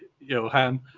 Johan